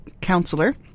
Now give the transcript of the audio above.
counselor